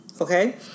Okay